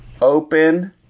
Open